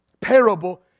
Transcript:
parable